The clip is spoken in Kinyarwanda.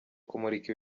kumurika